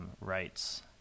rights